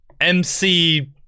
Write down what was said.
MC